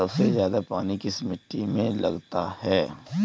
सबसे ज्यादा पानी किस मिट्टी में लगता है?